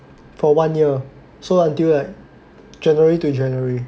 for one year so until like January to January